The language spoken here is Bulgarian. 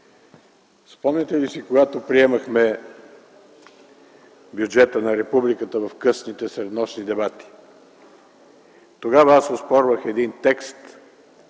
Спомняте ли си, когато приемахме Бюджета на Републиката в късните среднощни дебати? Тогава аз оспорвах един текст,